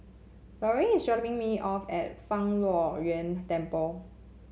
Larue is dropping me off at Fang Luo Yuan Temple